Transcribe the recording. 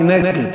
מי נגד?